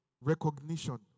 Recognition